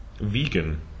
Vegan